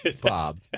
Bob